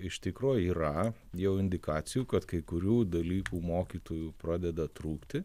iš tikrųjų yra jau indikacijų kad kai kurių dalykų mokytojų pradeda trūkti